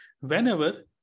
whenever